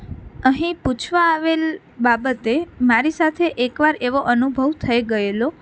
અહીં પૂછવાં આવેલ બાબતે મારી સાથે એક વાર એવો અનુભવ થઈ ગએલો